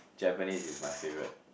Japanese is my favourite